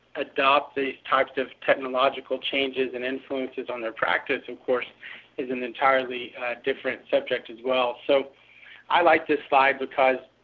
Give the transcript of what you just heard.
adopt the types of technological changes and influences on their practice, and is an entirely different subject as well. so i like this slide, because,